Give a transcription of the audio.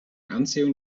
anziehung